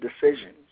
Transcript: decisions